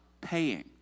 paying